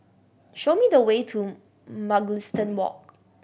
show me the way to Mugliston Walk